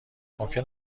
ممکن